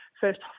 First